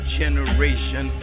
generation